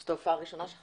זאת ההופעה הראשונה שלך,